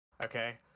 okay